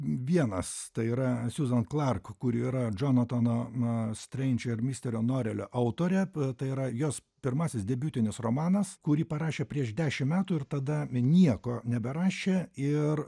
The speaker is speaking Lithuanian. vienas tai yra siuzan klark kuri yra džonotono streindž ir misterio norelio autorė tai yra jos pirmasis debiutinis romanas kurį parašė prieš dešimt metų ir tada nieko neberašė ir